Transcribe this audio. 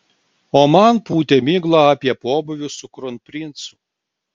o man pūtė miglą apie pobūvius su kronprincu